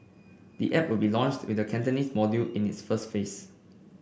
the app will be launched with the Cantonese module in its first phase